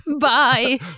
Bye